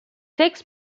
takes